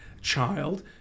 child